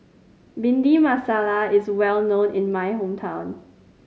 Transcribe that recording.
Bhindi Masala is well known in my hometown